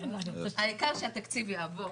העיקר שהתקציב יעבור.